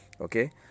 Okay